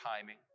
timing